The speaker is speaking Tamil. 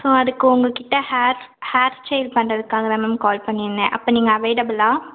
ஸோ அதுக்கு உங்கள்கிட்ட ஹேர் ஹேர் ஸ்டைல் பண்றதுக்காக தான் மேம் கால் பண்ணியிருந்தேன் அப்போ நீங்கள் அவைலபிள்லா